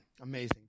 Amazing